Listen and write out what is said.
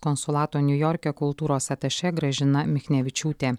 konsulato niujorke kultūros atašė gražina michnevičiūtė